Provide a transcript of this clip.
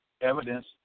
Evidence